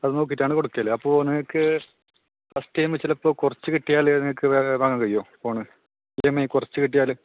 അത് നോക്കിയിട്ടാണ് കൊടുക്കൽ അപ്പോൾ നിങ്ങൾക്ക് ഫസ്റ്റ് ഇ എം ഐ ചിലപ്പോൾ കുറച്ചുകിട്ടിയാൽ നിങ്ങൾക്ക് വാങ്ങാൻ വാങ്ങാൻ കഴിയുമോ ഫോൺ ഇ എം ഐ കുറച്ചു കിട്ടിയാൽ